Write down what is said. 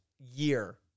year